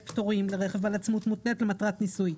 פטורים לרכב בעל עצמאות מותנית למטרת ניסוי.